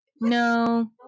No